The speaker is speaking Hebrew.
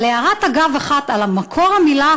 אבל הערת אגב אחת על מקור המילה